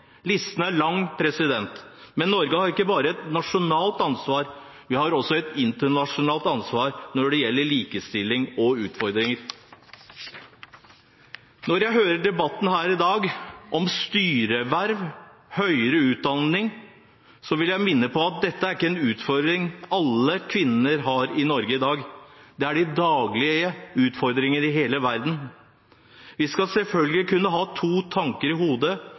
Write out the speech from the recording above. Listen er lang. Men Norge har ikke bare et nasjonalt ansvar, vi har også et internasjonalt ansvar når det gjelder likestillingsutfordringer. Når jeg hører debatten her i dag, om styreverv og høyere utdanning, vil jeg minne om at dette ikke er utfordringer alle kvinner i Norge har i dag. Dette gjelder de daglige utfordringer i hele verden. Vi skal selvfølgelig kunne ha to tanker i hodet,